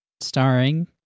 starring